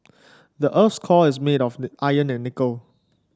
the earth's core is made of the iron and nickel